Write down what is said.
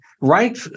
right